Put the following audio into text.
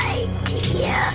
idea